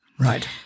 Right